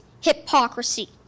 hypocrisy